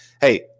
Hey